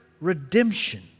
redemption